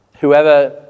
Whoever